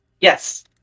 Yes